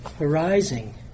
arising